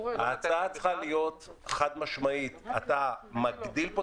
ההצעה צריכה להיות חד משמעית שאתה מגדיל כאן